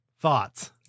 Thoughts